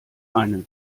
einen